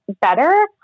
better